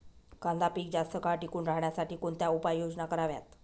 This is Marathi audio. कांदा पीक जास्त काळ टिकून राहण्यासाठी कोणत्या उपाययोजना कराव्यात?